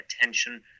attention